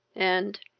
and,